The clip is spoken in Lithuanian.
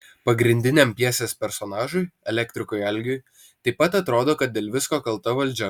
pagrindiniam pjesės personažui elektrikui algiui taip pat atrodo kad dėl visko kalta valdžia